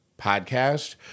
podcast